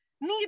need